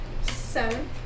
Seven